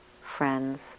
friends